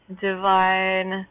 divine